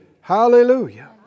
Hallelujah